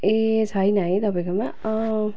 ए छैन है तपाईँकोमा